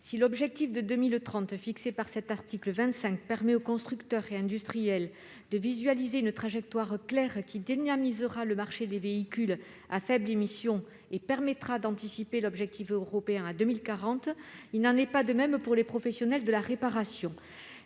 Si l'échéance de 2030 fixée à l'article 25 permet aux constructeurs et aux industriels de visualiser une trajectoire claire, qui dynamisera le marché des véhicules à faibles émissions et permettra d'anticiper l'objectif fixé par l'Union européenne à 2040, il n'en est pas de même pour les professionnels de la réparation.